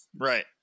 Right